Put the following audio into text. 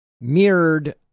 mirrored